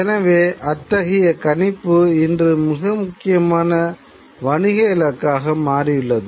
எனவே அத்தகைய கணிப்பு இன்று மிக முக்கியமான வணிக இலக்காக மாறியுள்ளது